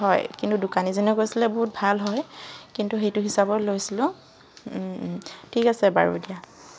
কিন্তু দোকানীজনে কৈছিলে বহুত ভাল হয় কিন্তু সেইটো হিচাপত লৈছিলোঁ ঠিক আছে বাৰু দিয়া